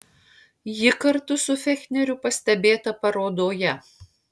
ji kartu su fechneriu pastebėta parodoje